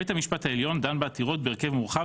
בית המשפט העליון דן בעתירות בהרכב מורחב